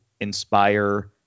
inspire